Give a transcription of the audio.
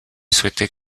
souhaitait